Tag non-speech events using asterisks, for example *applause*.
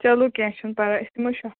چَلو کیٚنٛہہ چھُنہٕ پَرواے أسۍ *unintelligible*